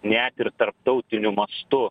net ir tarptautiniu mastu